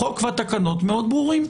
החוק והתקנות מאוד ברורים.